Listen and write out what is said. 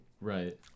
right